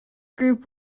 group